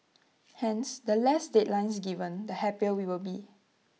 hence the less deadlines given the happier we will be